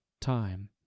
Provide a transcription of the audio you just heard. time